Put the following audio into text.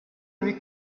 lui